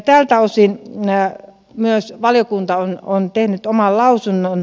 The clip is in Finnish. tältä osin myös valiokunta on tehnyt oman lausunnon